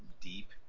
deep